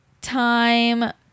time